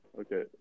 Okay